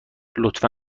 لطفا